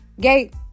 gate